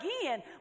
again